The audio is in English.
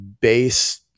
base